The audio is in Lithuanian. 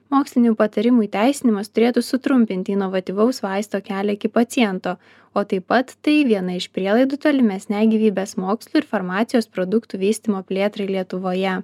mokslinių patarimų įteisinimas turėtų sutrumpinti inovatyvaus vaisto kelią iki paciento o taip pat tai viena iš prielaidų tolimesnei gyvybės mokslų ir farmacijos produktų vystymo plėtrai lietuvoje